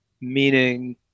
meaning